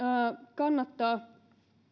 kannattaa